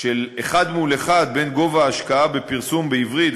של אחד מול אחד בין גובה ההשקעה בפרסום בעברית